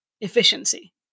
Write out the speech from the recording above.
efficiency